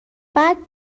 بعد